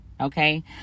Okay